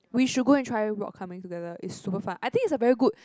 we should go and try rock climbing together is super fun I think is a very good